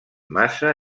massa